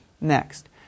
Next